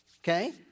okay